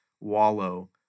wallow